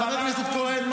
חבר הכנסת כהן,